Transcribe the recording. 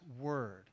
Word